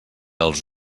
els